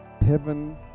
heaven